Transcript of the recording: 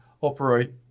operate